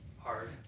Hard